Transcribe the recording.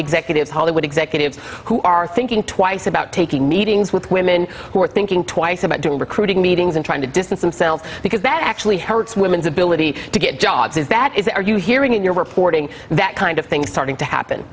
hollywood executives who are thinking twice about taking meetings with women who are thinking twice about doing recruiting meetings and trying to distance themselves because that actually hurts women's ability to get jobs is that is that are you hearing in your reporting that kind of thing starting to happen